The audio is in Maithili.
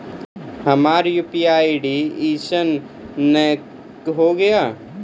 हमर यु.पी.आई ईसकेन नेय हो या?